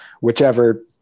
whichever